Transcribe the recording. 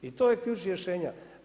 I to je ključ rješenja.